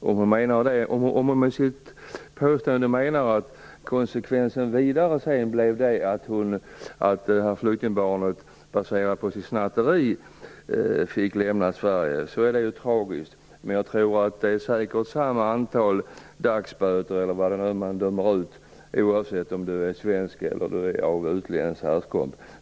Om hon med sitt påstående menar att den vidare konsekvensen blev att flyktingbarnet baserat på detta snatteri skulle få lämna Sverige, så är det tragiskt. Men det är säkert samma antal dagsböter, eller vad det nu är som döms ut, oavsett om du är svensk eller om du är av svensk härkomst.